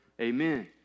amen